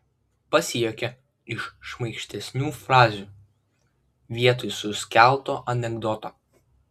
pasijuokia iš šmaikštesnių frazių vietoj suskelto anekdoto